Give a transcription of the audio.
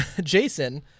Jason